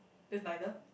that's neither